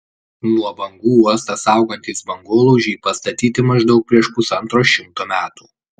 nuo bangų uostą saugantys bangolaužiai pastatyti maždaug prieš pusantro šimto metų